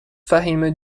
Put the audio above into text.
فهیمه